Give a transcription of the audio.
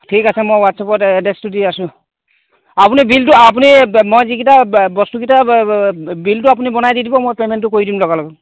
ঠিক আছে মই হোৱাটছাপত এড্ৰেছটো দি আছোঁ আপুনি বিলটো আপুনি মই যিকেইটা বস্তুকেইটা বিলটো আপুনি বনাই দি দিব মই পে'মেণ্টটো কৰি দিম লগালগ